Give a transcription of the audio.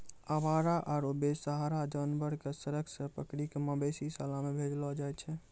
आवारा आरो बेसहारा जानवर कॅ सड़क सॅ पकड़ी कॅ मवेशी शाला मॅ भेजलो जाय छै